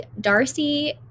Darcy